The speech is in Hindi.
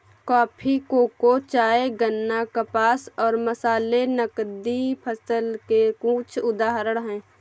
कॉफी, कोको, चाय, गन्ना, कपास और मसाले नकदी फसल के कुछ उदाहरण हैं